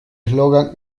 eslogan